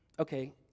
Okay